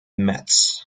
metz